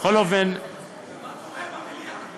בכל אופן, מה הולך פה?